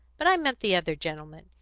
but i meant the other gentlemen.